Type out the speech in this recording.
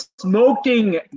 smoking